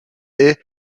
est